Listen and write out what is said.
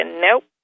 nope